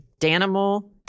Danimal